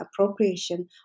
appropriation